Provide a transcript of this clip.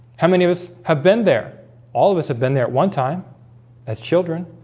how many of us have been there all of us have been there at one time as children